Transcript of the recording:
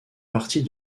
partie